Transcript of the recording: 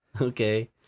Okay